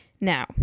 Now